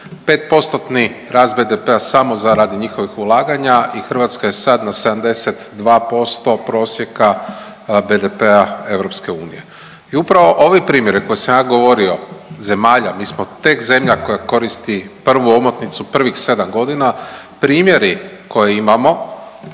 postotni rast BDP-a samo za radi njihovih ulaganja i Hrvatska je sad na 72% prosjeka BDP-a Europske unije. I upravo ovi primjeri koje sam ja govorio zemalja, mi smo tek zemlja koja koristi prvu omotnicu prvih sedam godina. Primjeri koje imamo